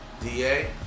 DA